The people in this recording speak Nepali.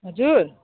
हजुर